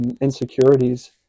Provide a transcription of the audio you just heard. insecurities